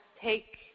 take